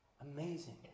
Amazing